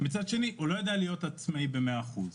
מצד שני, הוא לא יודע להיות עצמאי במאה אחוז,